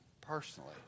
personally